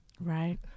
Right